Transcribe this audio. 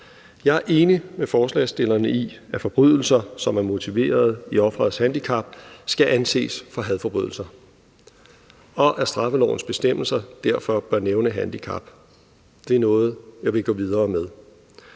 Jeg er enig med forslagsstillerne i, at forbrydelser, som er motiveret af offerets handicap, skal anses som hadforbrydelser, og at straffelovens bestemmelser derfor bør nævne handicap; det er noget, jeg vil gå videre med.